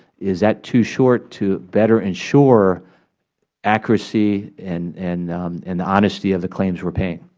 is that too short to better ensure accuracy and and and the honesty of the claims we are paying?